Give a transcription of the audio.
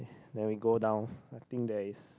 then we go down I think there's